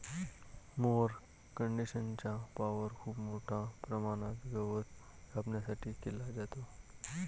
mower कंडिशनरचा वापर खूप मोठ्या प्रमाणात गवत कापण्यासाठी केला जातो